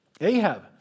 Ahab